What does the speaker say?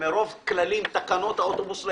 במצב שמרוב כללים ותקנות האוטובוס לא